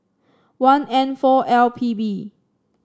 one N four L P B